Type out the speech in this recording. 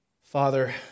Father